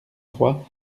trois